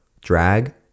Drag